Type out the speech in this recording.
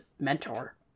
mentor